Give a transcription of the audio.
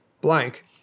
blank